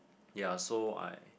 ya so I